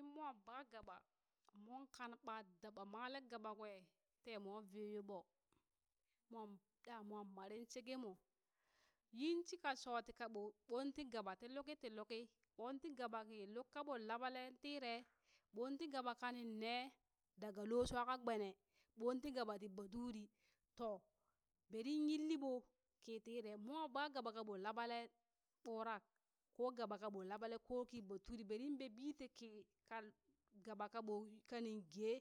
Inmoo ba gaɓa moon kan ba daɓa malee gaɓa kwee tee mwa vee yoo ɓoo moh ɗah mwa maren sheke moo yin shika, shoti ka ɓoo ɓoon ti gaɓa ti luki ti luki, ɓoon ti gaba ki luk kaɓon laɓalee tiree ɓoon ti gaba kanin nee daga loo shuwa ka gbenee, boon ti gaɓa ti baturi, toh berin yilli ɓoh kii tiree mwa baa gaɓa ka ɓoh laɓalen ɓurak koo gaba ka ɓoh laɓale koo kiii baturi berin be bii tii kii ka gaɓa kaɓoŋ kanin gee